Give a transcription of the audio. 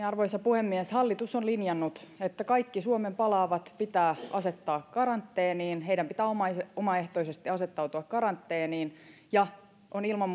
arvoisa puhemies hallitus on linjannut että kaikki suomeen palaavat pitää asettaa karanteeniin heidän pitää omaehtoisesti asettautua karanteeniin ja on ilman